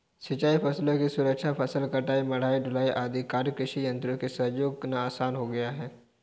सिंचाई फसलों की सुरक्षा, फसल कटाई, मढ़ाई, ढुलाई आदि कार्य कृषि यन्त्रों के सहयोग से आसान हो गया है